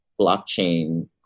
blockchain